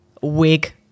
Wig